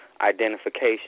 identification